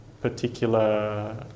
particular